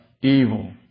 evil